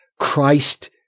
Christ